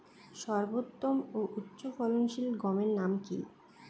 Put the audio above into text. সর্বোত্তম ও উচ্চ ফলনশীল গমের নাম কি?